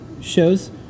shows